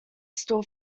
still